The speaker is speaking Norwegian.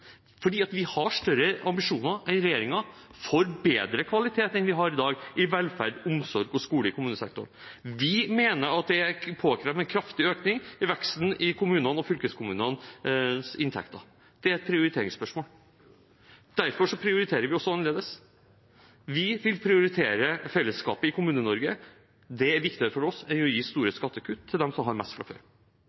fordi vi har større ambisjoner enn regjeringen for bedre kvalitet enn vi har i dag, i velferd, omsorg og skole i kommunesektoren. Vi mener at en kraftig økning i veksten i kommunenes og fylkeskommunenes inntekter er påkrevd. Det er et prioriteringsspørsmål. Derfor prioriterer vi også annerledes. Vi vil prioritere fellesskapet i Kommune-Norge. Det er viktigere for oss enn å gi store skattekutt til dem som har mest fra før.